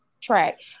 track